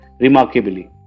remarkably